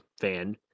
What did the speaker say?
fan